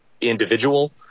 individual